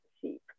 sheep